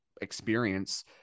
experience